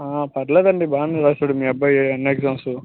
పర్లేదండీ బాగానే రాసాడు మీ అబ్బాయి అన్ని ఎగ్జామ్స్